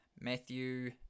Matthew